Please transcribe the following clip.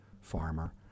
farmer